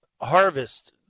Harvest